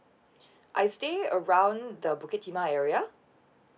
I stay around the bukit timah area